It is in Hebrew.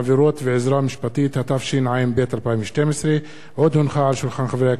התשע"ב 2012. החלטת ועדת העבודה,